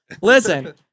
Listen